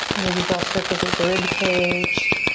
maybe draw circles with the ribcage.